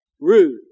rude